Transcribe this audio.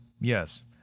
Yes